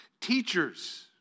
teachers